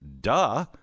duh